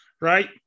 Right